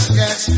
yes